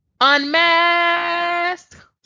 Unmasked